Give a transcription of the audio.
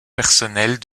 personnels